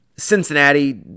Cincinnati